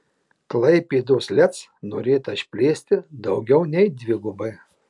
klaipėdos lez norėta išplėsti daugiau nei dvigubai